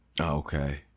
Okay